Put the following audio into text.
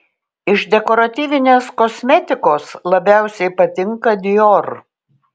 iš dekoratyvinės kosmetikos labiausiai patinka dior